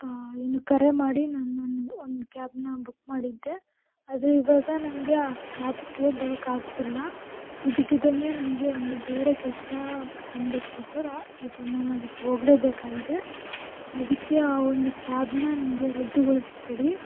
ಏನು ಕರೆ ಮಾಡಿ ನಾನನ್ನ ಒಂದು ಕ್ಯಾಬನ್ನ ಬುಕ್ ಮಾಡಿದ್ದೆ ಅದು ಇವಾಗ ನನಗೆ ಆ ಕ್ಯಾಬ್ಗೆ ಬರೋಕ್ಕೆ ಆಗ್ತಿಲ್ಲ ಇದ್ದಕ್ಕಿದ್ದಂಗೆ ನನಗೆ ಒಂದು ಬೇರೆ ಕೆಲಸ ಬಂದುಬಿಡ್ತು ಸರ್ ಇವಾಗ ನಾನು ಅಲ್ಲಿ ಹೋಗಲೇಬೇಕಾಗಿದೆ ಅದಕ್ಕೆ ಆ ಒಂದು ಕ್ಯಾಬನ್ನ ನನಗೆ ರದ್ದುಗೊಳಿಸ್ಕೊಡಿ